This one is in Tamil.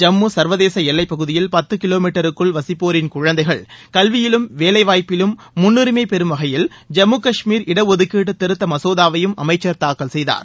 ஜம்மு சர்வதேச எல்லைப் பகுதியில் பத்து கிலோ மீட்டருக்குள் வசிப்போரின் குழந்தைகள் கல்வியிலும் வேலை வாய்ப்பிலும் முன்னுரிமை பெறும் வகையில் ஜம்மு காஷ்மீர் இடஒதுக்கீட்டு திருத்த மசோதாவையும் அமைச்சர் தாக்கல் செய்தார்